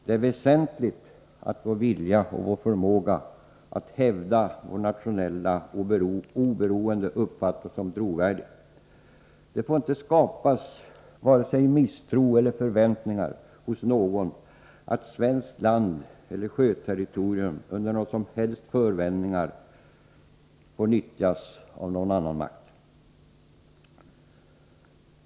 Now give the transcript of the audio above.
Det är väsentligt att vår vilja och förmåga att hävda vårt nationella oberoende uppfattas som trovärdig. Det får inte skapas vare sig misstro eller förväntningar hos någon, att svenskt landeller sjöterritorium under några som helst förevändningar får nyttjas av någon annan makt.